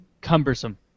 cumbersome